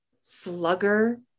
Slugger